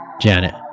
Janet